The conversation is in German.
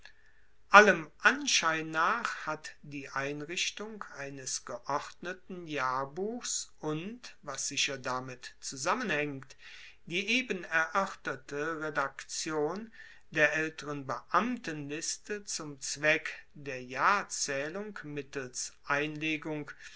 allem anschein nach hat die einrichtung eines geordneten jahrbuchs und was sicher damit zusammenhaengt die eben eroerterte redaktion der aelteren beamtenliste zum zweck der jahrzaehlung mittels einlegung